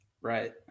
right